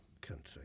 country